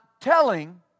telling